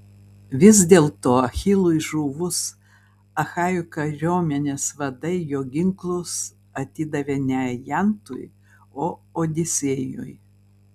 vis dėlto achilui žuvus achajų kariuomenės vadai jo ginklus atidavė ne ajantui o odisėjui